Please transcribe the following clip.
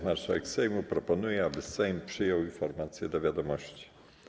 Marszałek Sejmu proponuje, aby Sejm przyjął informację do wiadomości.